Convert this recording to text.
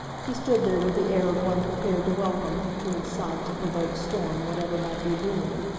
he stood there with the air of one prepared to welcome, to incite and provoke storm whatever might be brewing.